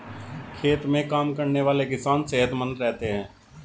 खेत में काम करने वाले किसान सेहतमंद रहते हैं